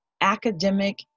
academic